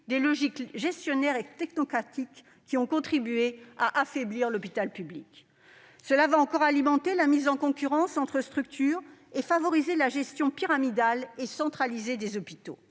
les logiques gestionnaires et technocratiques qui ont contribué à affaiblir l'hôpital public. Voilà qui va encore alimenter la mise en concurrence des structures et favoriser la gestion pyramidale et centralisée des hôpitaux.